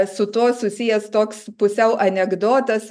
su tuo susijęs toks pusiau anekdotas